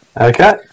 Okay